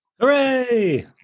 hooray